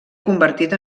convertit